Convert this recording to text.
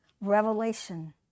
revelation